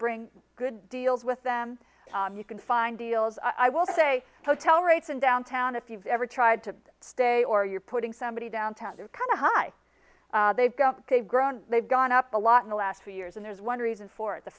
bring good deals with them you can find deals i will say hotel rates and downtown if you've ever tried to stay or you're putting somebody downtown they're kind of high they've got they've grown they've gone up a lot in the last few years and there's one reason for at the